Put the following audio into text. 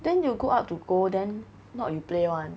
then you go up to gold then not you play [one]